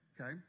Okay